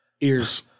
Ears